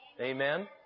Amen